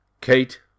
Kate